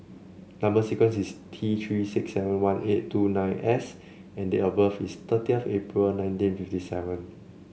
number sequence is T Three six seven one eight two nine S and date of birth is thirtieth April nineteen fifty seven